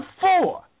four